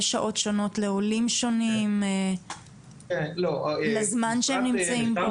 יש שעות שונות לעולים שונים, לזמן שהם נמצאים פה?